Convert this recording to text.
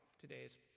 today's